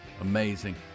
Amazing